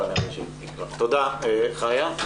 תודה, חיה.